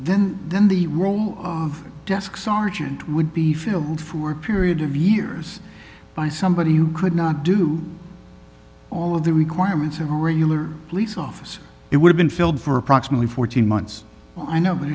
then then the role of desk sergeant would be filled for a period of years by somebody who could not do all of the requirements of a regular police officer it would have been filled for approximately fourteen months i know but